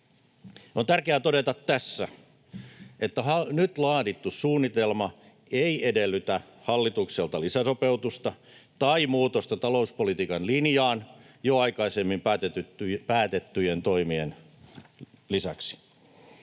On tärkeää todeta tässä, että nyt laadittu suunnitelma ei edellytä hallitukselta lisäsopeutusta tai muutosta talouspolitiikan linjaan jo aikaisemmin päätettyjen toimien lisäksi.